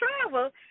travel